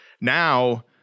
now